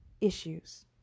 issues